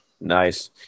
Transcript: Nice